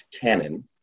Canon